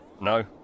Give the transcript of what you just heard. No